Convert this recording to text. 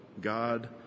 God